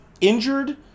injured